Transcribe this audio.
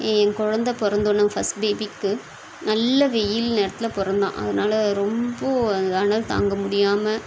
என் குழந்த பிறந்தவொன்ன ஃபஸ்ட் பேபிக்கு நல்ல வெயில் நேரத்தில் பிறந்தான் அதனால ரொம்ப அனல் தாங்க முடியாமல்